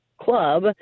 club